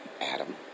Adam